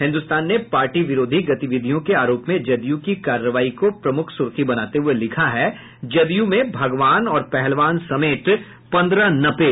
हिन्दुस्तान ने पार्टी विरोधी गतिविधियों के आरोप में जदयू की कार्रवाई को प्रमुख सुर्खी बनाते हुये लिखा है जदयू में भगवान और पहलवान समेत पन्द्रह नपे